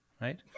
right